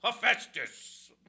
Hephaestus